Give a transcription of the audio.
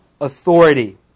authority